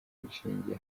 inshinge